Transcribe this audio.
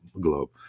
globe